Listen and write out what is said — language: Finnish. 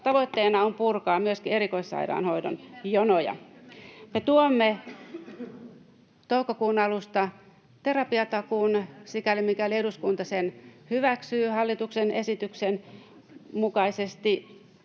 Tavoitteena on myöskin purkaa erikoissairaanhoidon jonoja. Me tuomme toukokuun alusta terapiatakuun sikäli, mikäli eduskunta sen hyväksyy hallituksen esityksen mukaisesti.